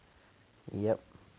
yerp